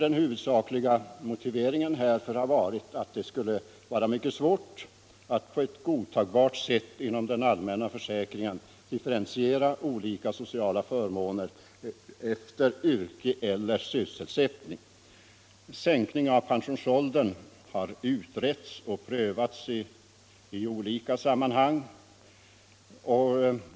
Den huvudsakliga motiveringen härför har varit att det skulle bli mycket svårt att på ett godtagbart sätt inom den allmänna försäkringen differentiera olika sociala förmåner efter yrke eller sysselsättning. Sänkning av pensionsåldern har utretts och prövats i olika sammanhang.